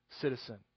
citizen